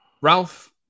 ralph